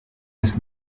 des